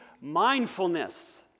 mindfulness